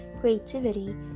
creativity